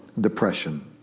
depression